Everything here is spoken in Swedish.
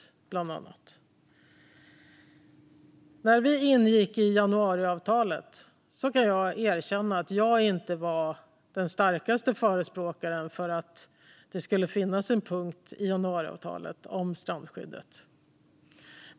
Jag kan erkänna att när vi ingick januariavtalet var jag inte den starkaste förespråkaren för att det skulle finnas en punkt i januariavtalet om strandskyddet.